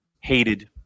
hated